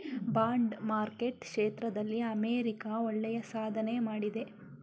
bond market ಕ್ಷೇತ್ರದಲ್ಲಿ America ಒಳ್ಳೆಯ ಸಾಧನೆ ಮಾಡಿದೆ